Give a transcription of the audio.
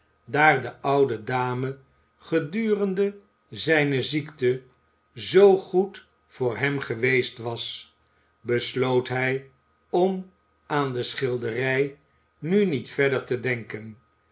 daar de oude dame gedurende zijne ziekte zoo goed voor hem geweest was besloot hij om aan de schilderij nu niet verder te denken